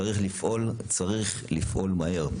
צריך לפעול, צריך לפעול מהר.